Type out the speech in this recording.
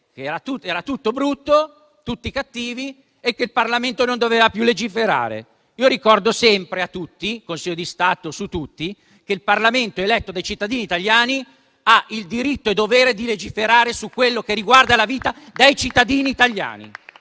era tutto brutto ed erano tutti cattivi e che il Parlamento non doveva più legiferare. Io ricordo sempre a tutti, al Consiglio di Stato su tutti, che il Parlamento eletto dai cittadini italiani ha il diritto e il dovere di legiferare su quello che riguarda la vita dei cittadini italiani